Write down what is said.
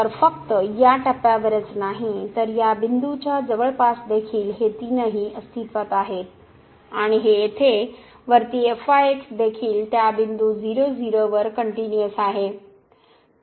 तर फक्त या टप्प्यावरच नाही तर या बिंदूच्या जवळपास देखील हे तीनही अस्तित्त्वात आहेत आणि हे येथे वरती देखील त्या बिंदू 0 0 वर कनट्युनिअस आहे